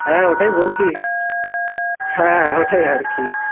হ্যাঁ ওটাই বলছি হ্যাঁ ওটাই আর কি